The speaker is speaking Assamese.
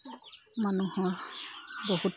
মানুহৰ বহুত